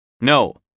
No